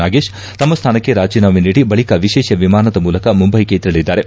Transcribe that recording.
ನಾಗೇಶ್ ತಮ್ಮ ಸ್ವಾನಕ್ಕೆ ರಾಜಿನಾಮೆ ನೀಡಿ ಬಳಿಕ ವಿಶೇಷ ವಿಮಾನದ ಮೂಲಕ ಮುಂಬೈಗೆ ತೆರಳಿದ್ದಾರೆ